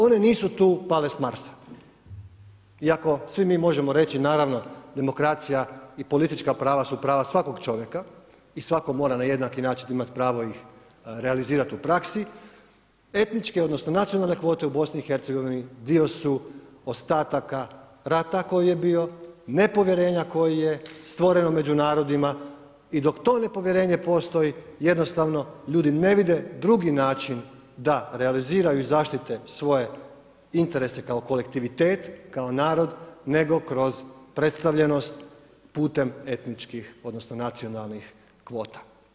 One nisu tu pale s Marsa, iako svi mi možemo reći naravno, demokracija i politička prava su prava svakog čovjeka i svatko mora na jednaki način imat pravo ih realizirat u praksi, etničke, odnosno nacionalne kvote u BiH dio su ostataka rata koji je bio, nepovjerenje koji je stvoren među narodima i dok to nepovjerenje postoji jednostavno ljudi ne vide drugi način da realiziraju i zaštite svoje interese kao kolektivitet, kao narod nego kroz predstavljenost putem etničkih odnosno nacionalnih kvota.